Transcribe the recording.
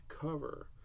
cover